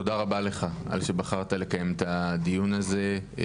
תודה רבה לך על שבחרת לקיים את הדיון הזה.